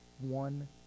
one